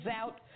out